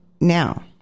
now